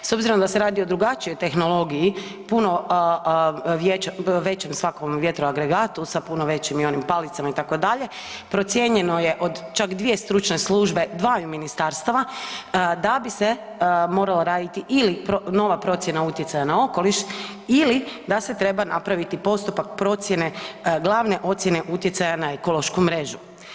S obzirom da se radi o drugačijoj tehnologiji puno većem svakom vjetroagregatu sa puno većim palicama itd., procijenjeno je od čak dvije stručne službe dvaju ministarstava da bi se morala radit ili nova procjena utjecaja na okoliš ili da se treba napraviti postupak procjene glavne ocjene utjecaja na ekološku mrežu.